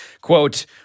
quote